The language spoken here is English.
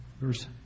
Verse